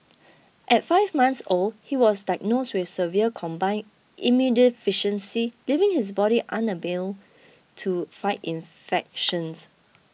at five months old he was diagnosed with severe combined immunodeficiency leaving his body to fight infections